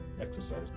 exercise